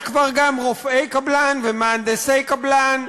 יש כבר גם רופאי קבלן, מהנדסי קבלן,